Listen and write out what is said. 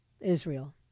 Israel